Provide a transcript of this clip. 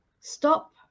stop